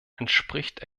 entspricht